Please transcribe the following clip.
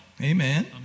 Amen